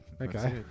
Okay